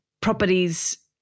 properties